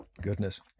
Goodness